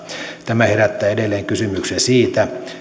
tämä herättää edelleen kysymyksiä siitä